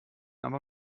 aber